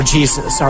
Jesus